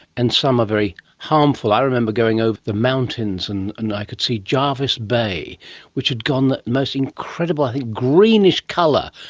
and some are very harmful. i remember going over the mountains and and i could see jervis bay which had gone the most incredible greenish colour,